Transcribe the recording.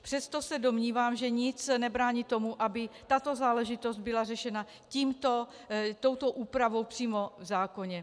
Přesto se domnívám, že nic nebrání tomu, aby tato záležitost byla řešena touto úpravou přímo v zákoně.